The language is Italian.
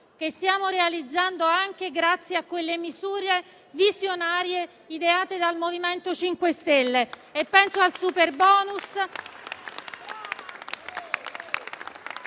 che stiamo realizzando anche grazie a quelle misure visionarie ideate dal MoVimento 5 Stelle. Penso al superbonus,